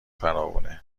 فراوونه